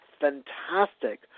fantastic